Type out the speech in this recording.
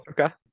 okay